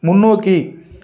முன்னோக்கி